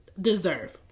deserve